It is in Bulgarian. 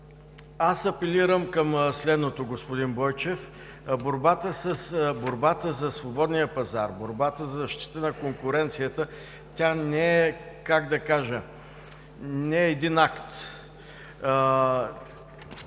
Апелирам към следното, господин Бойчев. Борбата за свободния пазар, борбата за защита на конкуренцията не е един акт.